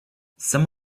some